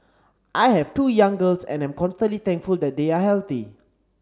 I have two young girls and am constantly thankful that they are healthy